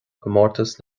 comórtas